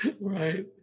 Right